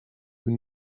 nous